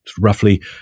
roughly